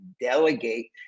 delegate